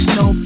no